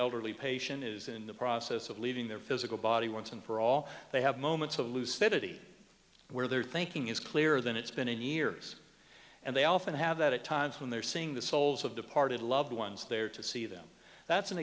elderly patient is in the process of leaving their physical body once and for all they have moments of lucidity where their thinking is clearer than it's been in years and they often have that at times when they're seeing the souls of departed loved ones there to see them that's an